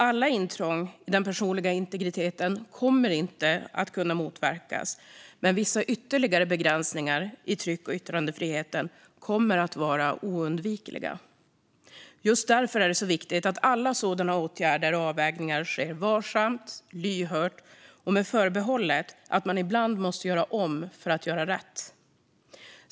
Alla intrång i den personliga integriteten kommer inte att kunna motverkas, men vissa ytterligare begränsningar i tryck och yttrandefriheten kommer att vara oundvikliga. Just därför är det viktigt att alla sådana åtgärder och avvägningar sker varsamt, lyhört och med förbehållet att man ibland måste göra om för att göra rätt.